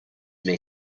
may